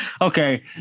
okay